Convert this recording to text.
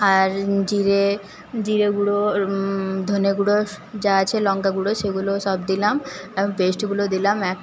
আর জিরে জিরে গুঁড়ো ধনে গুঁড়ো যা আছে লংকা গুঁড়ো সেগুলো সব দিলাম আর পেস্টগুলো দিলাম এক